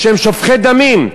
שהם שופכי דמים.